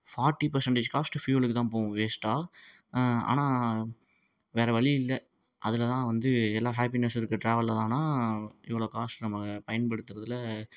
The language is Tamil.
ஃபார்ட்டி பேர்சன்டேஜ் காஸ்ட்டு ஃப்யூவலுக்கு தான் போகும் வேஸ்ட்டாக ஆனால் வேறு வழி இல்லை அதில் தான் வந்து எல்லா ஹேப்பினஸ்ஸும் இருக்குது ட்ராவலில் தானாக இவ்வளோ காஸ்ட் நம்ம பயன்படுத்துறதில்